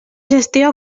gestió